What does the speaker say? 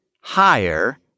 higher